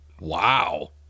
Wow